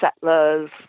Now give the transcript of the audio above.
settlers